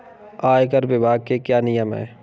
आयकर विभाग के क्या नियम हैं?